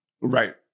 Right